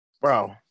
bro